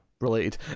related